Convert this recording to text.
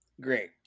Great